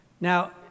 Now